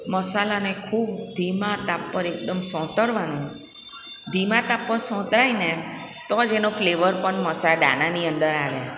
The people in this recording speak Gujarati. મસાલાને ખૂબ ધીમા તાપ પર એકદમ સોતરવાનું ધીમા તાપ પર સોતરાયને તો જ એનો ફ્લેવર પણ મસા દાનાની અંદર આવે